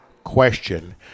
Question